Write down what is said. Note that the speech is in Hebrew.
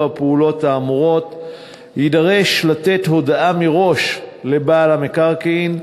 הפעולות האמורות יידרש לתת הודעה מראש לבעל המקרקעין.